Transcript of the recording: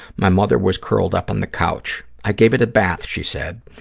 my mother was curled up on the couch. i gave it a bath, she said.